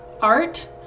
art